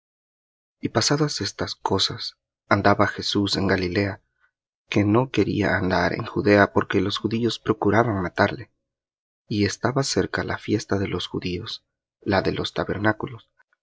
y pasadas estas cosas andaba jesús en galilea que no quería andar en judea porque los judíos procuraban matarle y estaba cerca la fiesta de los judíos de los tabernáculos